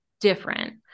different